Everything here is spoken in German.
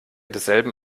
desselben